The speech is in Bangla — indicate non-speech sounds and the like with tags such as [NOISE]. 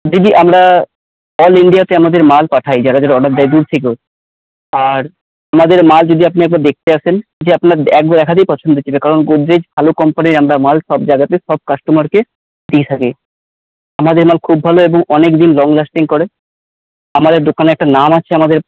দিদি আমরা অল ইন্ডিয়াতে আমাদের মাল পাঠাই যারা যারা অর্ডার দেয় দূর থেকেও আর আমাদের মাল যদি আপনি একবার দেখতে আসেন [UNINTELLIGIBLE] আপনার এক দেখাতেই পছন্দ হয়ে যাবে কারণ গোদরেজ ভালো কোম্পানির আমরা মাল সব জায়গাতে সব কাস্টমারকে দিয়ে থাকি আমাদের মাল খুব ভালো এবং অনেকদিন লং লাস্টিং করে আমাদের দোকানের একটা নাম আছে আমাদের